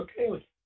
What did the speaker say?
okay